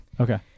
Okay